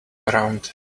around